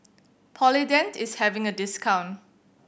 Polident is having a discount